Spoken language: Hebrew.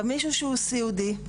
מישהו שהוא סיעודי,